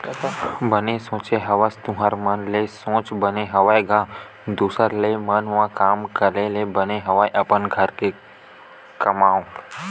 बने सोच हवस तुँहर मन के सोच बने हवय गा दुसर के म कमाए ले बने हवय अपने घर म कमाओ